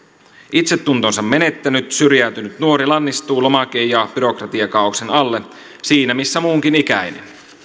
itsetuntonsa menettänyt syrjäytynyt nuori lannistuu lomake ja byrokratiakaaoksen alle siinä missä muunkin ikäinen